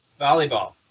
Volleyball